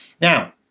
Now